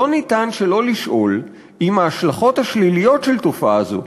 לא ניתן שלא לשאול אם ההשלכות השליליות של תופעה זו,